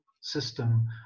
system